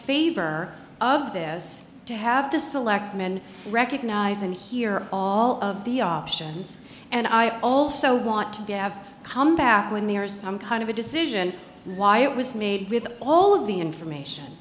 favor of this to have the selectmen recognize and hear all of the options and i also want to be have come back when there is some kind of a decision why it was made with all of the information